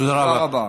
תודה רבה.